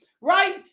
right